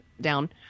down